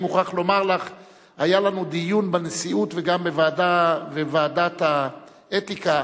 לדיון מוקדם בוועדת החוץ והביטחון נתקבלה.